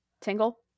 tingle